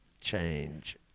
change